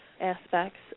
aspects